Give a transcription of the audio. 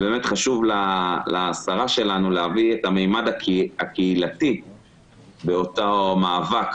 באמת חשוב לשרה שלנו להביא את הממד הקהילתי באותו מאבק